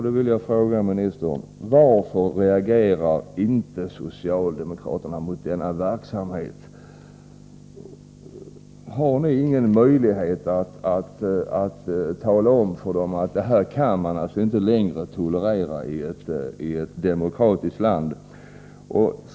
Jag vill fråga justitieministern: Varför reagerar inte socialdemokraterna mot detta? Har ni ingen möjlighet att tala om att man inte längre kan tolerera detta i ett demokratiskt land?